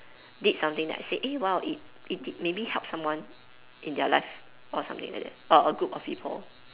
did something that I said eh !wow! it it did maybe help someone in their life or something like that or a group of people